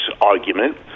argument